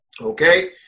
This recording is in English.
okay